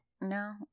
No